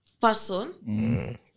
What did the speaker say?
person